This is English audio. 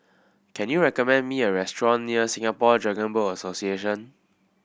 can you recommend me a restaurant near Singapore Dragon Boat Association